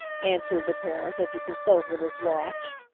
answered the parent, as he consulted his watch.